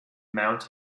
mount